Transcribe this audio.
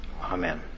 Amen